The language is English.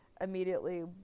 immediately